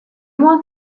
want